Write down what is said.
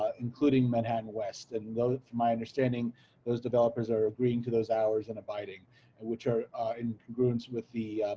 ah including manhattan west and my understanding those developers are agreeing to those hours and abiding and which are in ruins with the